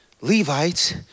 Levites